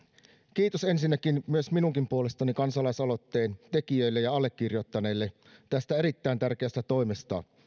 kiitos ensinnäkin myös minunkin puolestani kansalaisaloitteen tekijöille ja allekirjoittaneille tästä erittäin tärkeästä toimesta